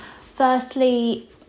Firstly